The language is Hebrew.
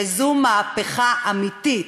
שזו מהפכה אמיתית,